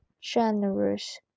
generous